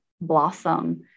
blossom